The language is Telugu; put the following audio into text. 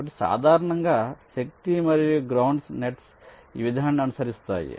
కాబట్టి సాధారణంగా శక్తి మరియు గ్రౌండ్ నెట్స్ ఈ విధానాన్ని అనుసరిస్తాయి